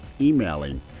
emailing